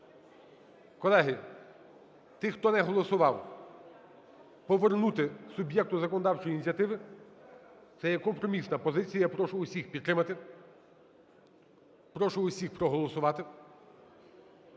колеги, ті, хто не голосував, повернути суб'єкту законодавчої ініціативи – це є компромісна позиція, я прошу всіх підтримати. Прошу усіх проголосувати.